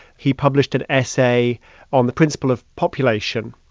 he published an essay on the principle of population.